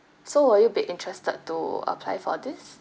so will you be interested to apply for this